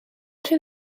rhyw